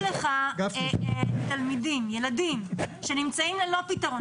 כשיש ילדים ללא פתרון,